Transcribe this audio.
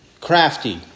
crafty